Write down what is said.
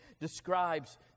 describes